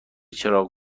چراغ